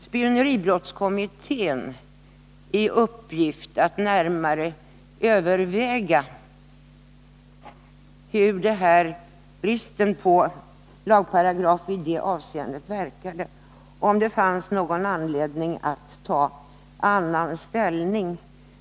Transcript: Spioneribrottskommittén fick i uppgift att närmare överväga hur bristen på lagparagraf i det här avseendet skulle verka och om det fanns någon anledning att ta annan ställning.